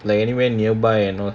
like anywhere nearby and all